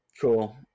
cool